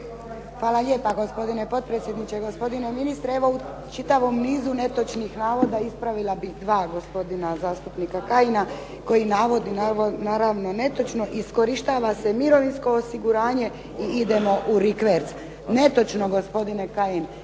Hvala lijepa gospodine potpredsjedniče, gospodine ministre. Evo u čitavom nizu netočnih navoda, ispravila bih dva gospodina zastupnika Kajina, koji navodi naravno netočno iskorištava se mirovinsko osiguranje i idemo u rikverc. Netočno gospodine Kajin,